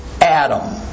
Adam